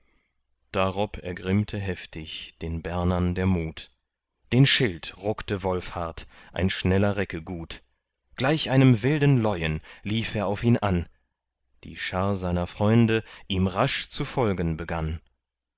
darob ergrimmte heftig den bernern der mut den schild ruckte wolfhart ein schneller recke gut gleich einem wilden leuen lief er auf ihn an die schar seiner freunde ihm rasch zu folgen begann